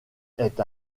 est